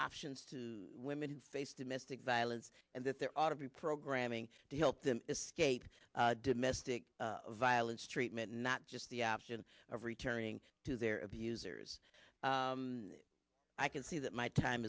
options to women who face domestic violence and that there ought to be programming to help them escape domestic violence treatment not just the option of returning to their abusers i can see that my time